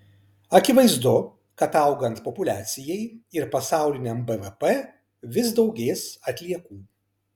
akivaizdu kad augant populiacijai ir pasauliniam bvp vis daugės atliekų